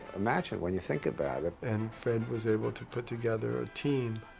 imagine, when you think about it and fred was able to put together a team